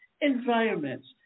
environments